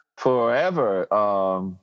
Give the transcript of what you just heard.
Forever